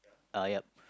uh yup